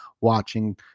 watching